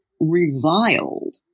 reviled